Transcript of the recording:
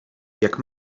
jak